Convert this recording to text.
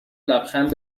لبخند